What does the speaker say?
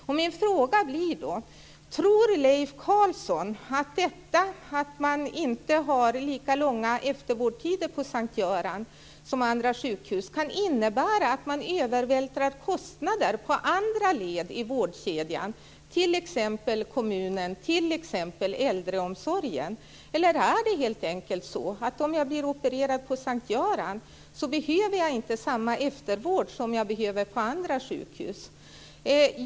Min fråga blir då: Tror Leif Carlsson att detta att man inte har lika långa eftervårdstider på Sankt Göran som på andra sjukhus kan innebära att man övervältrar kostnader på andra led i vårdkedjan, t.ex. Eller är det helt enkelt så att om jag blir opererad på Sankt Göran behöver jag inte samma eftervård som jag behöver på andra sjukhus?